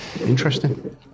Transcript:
Interesting